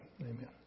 Amen